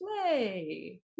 play